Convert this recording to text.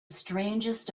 strangest